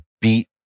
beat